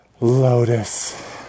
Lotus